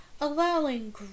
allowing